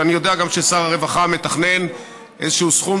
ואני יודע גם ששר הרווחה מתכנן איזשהו סכום